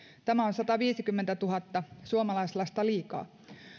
tämä on sataviisikymmentätuhatta suomalaislasta liikaa